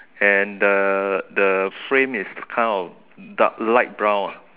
and the the frame is kind of dark light brown ah